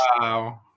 Wow